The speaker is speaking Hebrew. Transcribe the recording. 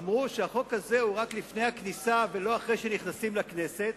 אמרו שהחוק הזה הוא רק לפני הכניסה ולא אחרי שנכנסים לכנסת,